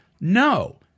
No